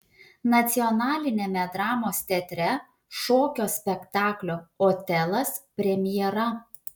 nacionaliniame dramos teatre šokio spektaklio otelas premjera